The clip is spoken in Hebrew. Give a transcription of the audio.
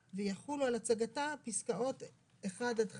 ויחולו על הצגתה פסקאות (1) עד (5)"